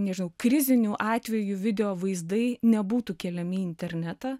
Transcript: nežinau krizinių atvejų video vaizdai nebūtų keliami į internetą